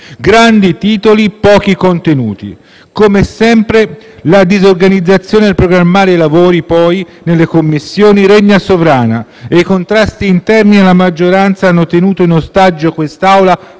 Grandi titoli, pochi contenuti. Come sempre, la disorganizzazione nel programmare i lavori nelle Commissioni, poi, regna sovrana e i contrasti interni alla maggioranza hanno tenuto in ostaggio quest'Assemblea